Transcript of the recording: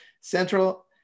Central